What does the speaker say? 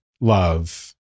love